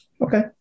okay